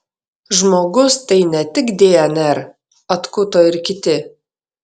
žmogus tai ne tik dnr atkuto ir kiti